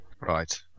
Right